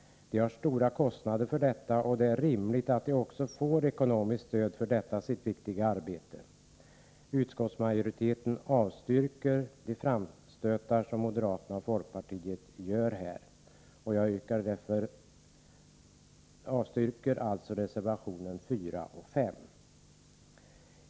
Organisationerna har stora kostnader för detta sitt viktiga arbete, och det är då rimligt att de får ekonomiskt stöd. Utskottsmajoriteten avstyrker de framstötar som moderaterna och folkpartiet gör här. Jag yrkar avslag på reservationerna 4 och 5.